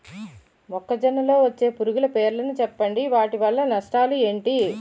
మొక్కజొన్న లో వచ్చే పురుగుల పేర్లను చెప్పండి? వాటి వల్ల నష్టాలు ఎంటి?